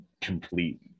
complete